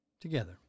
Together